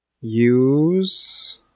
use